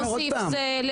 להוסיף לזה.